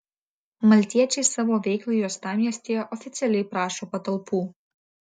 maltiečiai savo veiklai uostamiestyje oficialiai prašo patalpų